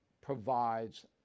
provides